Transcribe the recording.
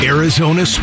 Arizona